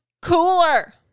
cooler